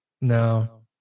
No